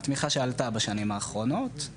תמיכה שעלתה בשנים האחרונות.